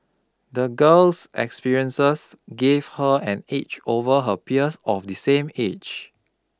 the girl's experiences gave her an edge over her peers of the same age